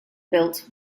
built